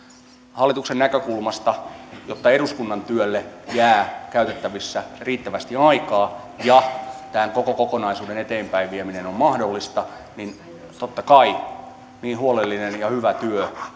hallituksen näkökulmasta jotta eduskunnan työlle jää käytettäväksi riittävästi aikaa ja tämän koko kokonaisuuden eteenpäinvieminen on mahdollista totta kai tarvitaan niin huolellinen ja hyvä työ